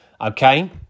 okay